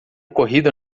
corrida